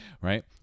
right